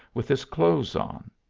with his clothes on.